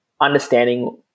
understanding